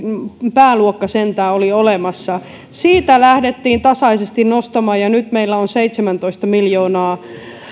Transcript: pääluokka sentään oli olemassa siitä lähdettiin tasaisesti nostamaan ja nyt meillä on seitsemäntoista miljoonaa